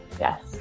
Yes